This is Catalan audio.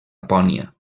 lapònia